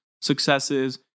successes